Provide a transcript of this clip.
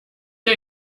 ihr